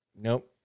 Nope